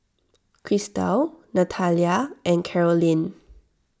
Christal Natalya and Karolyn